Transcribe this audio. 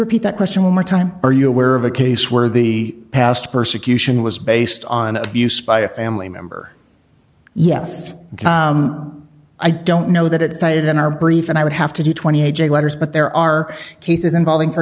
repeat that question one more time are you aware of a case where the past persecution was based on abuse by a family member yes i don't know that it's cited in our brief and i would have to do twenty a j letters but there are cases involving for